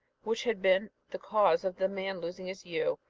which had been the cause of the man losing his ewe,